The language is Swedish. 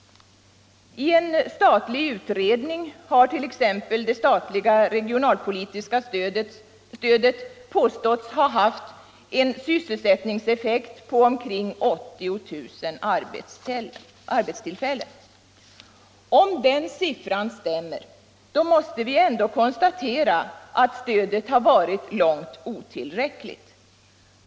I en statlig utredning har 1. ex. det statliga regionalpolitiska stödet påståtts ha haft en sysselsättningseffekt på omkring 80 000 arbetstillfällen. Om denna siffra stämmer, måste vi ändå konstatera att stödet varit långt ifrån tillräckligt.